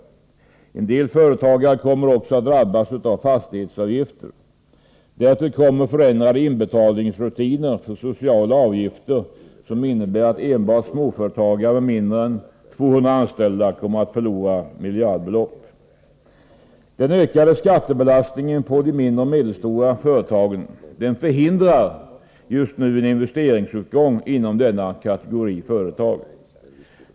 En del företag kommer vidare att drabbas av fastighetsavgifter. Därtill kommer förändrade inbetalningsrutiner för sociala avgifter, som innebär att enbart småföretagare med mindre än 200 anställda kommer att förlora miljardbelopp. Den ökade skattebelastningen på de mindre och medelstora företagen förhindrar just nu en investeringsuppgång inom denna kategori företag.